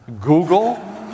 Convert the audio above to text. Google